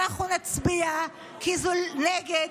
אנחנו נצביע נגד,